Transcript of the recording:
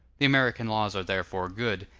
the american laws are therefore good,